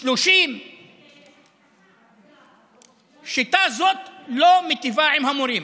או 30. שיטה זאת לא מיטיבה עם המורים.